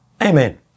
Amen